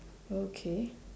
okay